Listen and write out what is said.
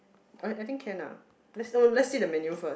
I I think can ah let's oh let's see the menu first